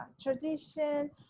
tradition